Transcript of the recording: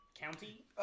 county